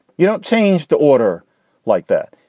you don't change to order like that.